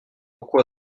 pourquoi